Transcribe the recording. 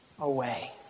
away